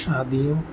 شادیوں